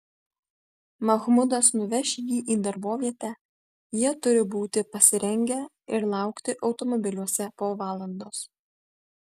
mahmudas nuveš jį į darbovietę jie turi būti pasirengę ir laukti automobiliuose po valandos